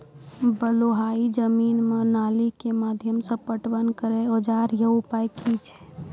बलूआही जमीन मे नाली के माध्यम से पटवन करै औजार या उपाय की छै?